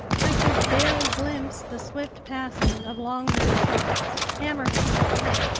i could barely glimpse the swift passing of longnose sharks, hammerhead sharks,